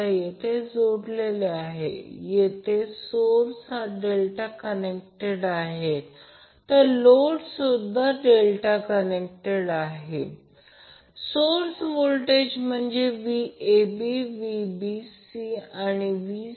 इथे तीच गोष्ट आहे इथे ती capital A capital B capital A capital B या लाईनमधे काहीही नाही म्हणून Vab VAB त्याचप्रमाणे Vbc Vca साठी